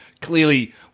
clearly